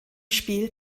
spiel